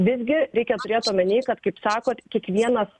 visgi reikia turėt omeny kad kaip sakot kiekvienas